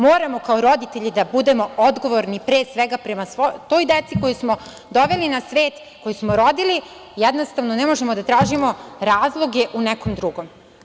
Moramo kao roditelji da budemo odgovorni pre svega prema toj deci koja su doveli na svet, koju smo rodili, jednostavno ne možemo da tražimo razloge u nekom drugom.